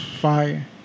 fire